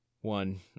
One